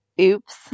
oops